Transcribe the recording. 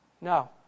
No